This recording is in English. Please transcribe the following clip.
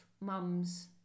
mums